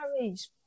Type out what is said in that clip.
marriage